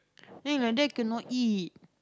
then like that cannot eat